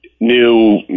new